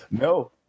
No